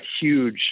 huge